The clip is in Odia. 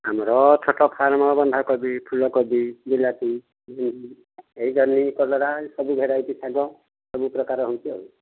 ଆମର ଛୋଟ ଫାର୍ମ ବନ୍ଧାକୋବି ଫୁଲକୋବି ବିଲାତି ଏଇ ଜହ୍ନି କଲରା ଏସବୁ ଭେରାଇଟି ଶାଗ ସବୁପ୍ରକାର ହେଉଛି ଆଉ